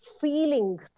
feeling